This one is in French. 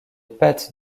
pâtes